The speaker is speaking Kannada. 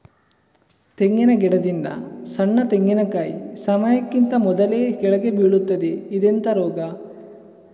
ತೆಂಗಿನ ಗಿಡದಿಂದ ಸಣ್ಣ ತೆಂಗಿನಕಾಯಿ ಸಮಯಕ್ಕಿಂತ ಮೊದಲೇ ಕೆಳಗೆ ಬೀಳುತ್ತದೆ ಇದೆಂತ ರೋಗ?